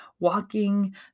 walking